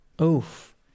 Oof